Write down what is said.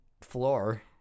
floor